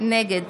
נגד